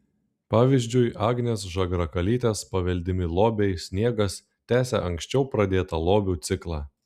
pavyzdžiui agnės žagrakalytės paveldimi lobiai sniegas tęsia anksčiau pradėtą lobių ciklą